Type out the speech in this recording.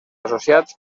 associats